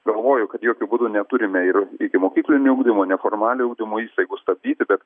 galvoju kad jokiu būdu neturime ir ikimokyklinio ugdymo neformaliojo ugdymo įstaigų stabdyti kad